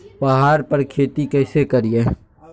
पहाड़ पर खेती कैसे करीये?